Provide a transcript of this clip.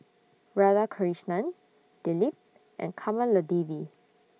Radhakrishnan Dilip and Kamaladevi